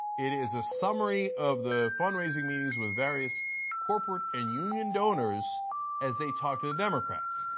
it is a summary of the fund-raising meetings with various corporate and union donors as they talk to the democrats.